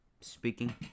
speaking